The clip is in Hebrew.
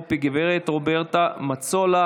תודה רבה לחבר הכנסת מוסי רז.